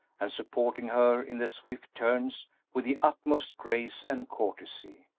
and supporting her in the swift turns with the utmost grace and courtesy,